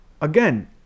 again